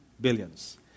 Billions